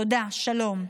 תודה, שלום.